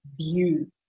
view